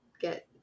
get